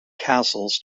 castles